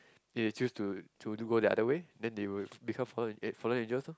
they choose to to do go the another way then they would become fallen eh fallen angels lor